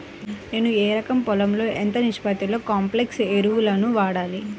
నేను ఎకరం పొలంలో ఎంత నిష్పత్తిలో కాంప్లెక్స్ ఎరువులను వాడాలి?